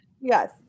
Yes